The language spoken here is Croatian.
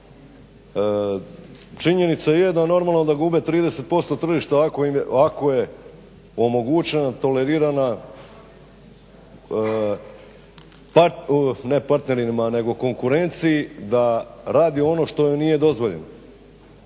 Činjenica je da normalno da gube 30% tržišta ako je omogućena tolerirana partnerima, ne partnerima nego konkurenciji da radi ono što joj nije dozvoljeno